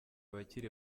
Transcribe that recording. abakiri